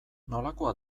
nolakoa